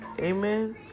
Amen